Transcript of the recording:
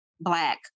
Black